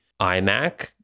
iMac